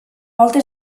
volta